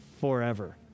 forever